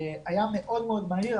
היה מאוד מאוד מהיר.